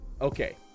Okay